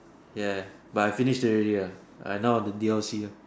ya but I finish it already ya I now the D_L_C ah